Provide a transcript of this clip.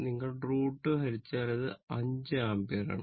നിങ്ങൾ √ 2 ഹരിച്ചാൽ അത് 5 ആമ്പിയർ ആണ്